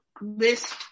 list